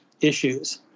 issues